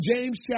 James